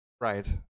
Right